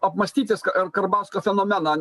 apmąstyt viską karbauskio fenomeną